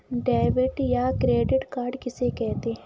Debit या credit card किसे कहते हैं?